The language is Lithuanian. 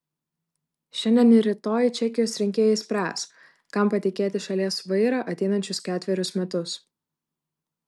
šiandien ir rytoj čekijos rinkėjai spręs kam patikėti šalies vairą ateinančius ketverius metus